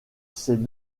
ses